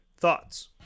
Thoughts